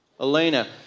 Elena